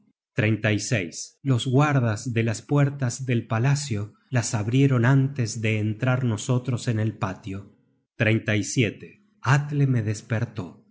un terreno seco los guardas de las puertas del palacio las abrieron antes de entrar nosotros en el patio atle me despertó